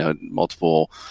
multiple